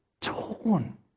torn